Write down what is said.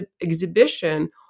exhibition